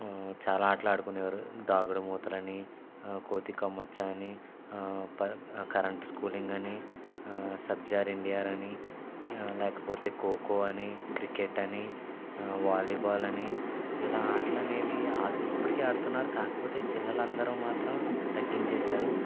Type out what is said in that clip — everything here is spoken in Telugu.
చాలా ఆటలు ఆదుకునేవాడు దాగుడు మూతలని కోతి కొమ్మచ్చి అని ప కరెంట్ స్క్రోలింగ్ అని సబ్జా అని లేకపోతే ఖోఖో అని క్రికెట్ అని వాలీబాల్ అని ఇలా ఆటలనేవి ఆడుతూ ఇప్పటికి ఆడుతున్నారు కాకపోతే పిల్లలందరూ మాత్రం తగ్గించేశారు